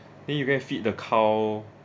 then you go and feed the cow